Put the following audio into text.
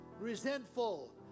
resentful